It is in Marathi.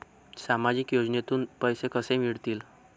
सामाजिक योजनेतून पैसे कसे मिळतील?